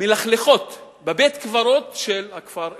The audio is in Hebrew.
מלכלכות בבית-קברות של הכפר אקרית.